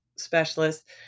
Specialist